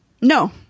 No